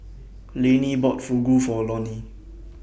Lainey bought Fugu For Lonny